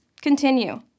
continue